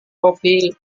topi